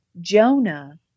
Jonah